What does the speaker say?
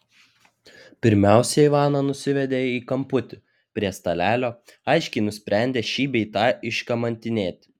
pirmiausia ivaną nusivedė į kamputį prie stalelio aiškiai nusprendę šį bei tą iškamantinėti